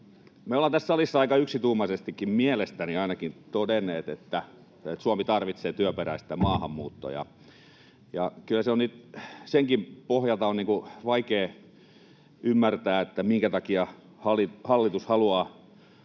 Me ollaan tässä salissa aika yksituumaisestikin, mielestäni ainakin, todenneet, että Suomi tarvitsee työperäistä maahanmuuttoa, ja kyllä on nyt senkin pohjalta vaikea ymmärtää, minkä takia hallitus haluaa